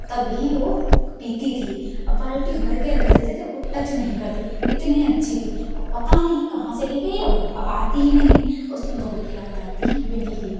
तब ही वो पीती थी बाल्टी भर के रख देते थे ओ टच नहीं करती इतनी अच्छी थी और पता नहीं कहाँ चली गई अब आती ही नहीं है और उसकी बहुत याद आती है बिल्ली की